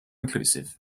inclusive